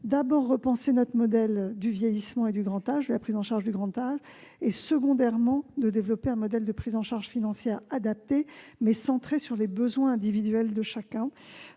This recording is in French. d'abord repenser notre modèle du vieillissement et de la prise en charge du grand âge et, dans un second temps, développer un modèle de prise en charge financière adapté, centré sur les besoins individuels de chacun.